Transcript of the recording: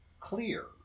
clear